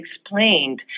explained